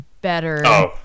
better